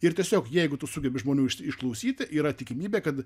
ir tiesiog jeigu tu sugebi žmonių išklausyti yra tikimybė kad